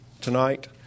tonight